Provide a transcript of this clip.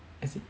is it